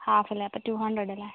half അല്ലേ അപ്പോൾ two hundred അല്ലേ